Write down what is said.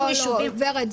ורד,